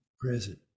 present